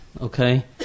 okay